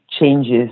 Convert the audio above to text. changes